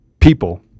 people